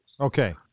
Okay